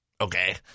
okay